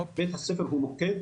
אז בית הספר הוא מוקד.